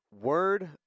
word